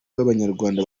b’abanyarwanda